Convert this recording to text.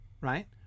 right